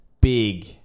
Big